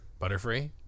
butterfree